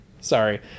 sorry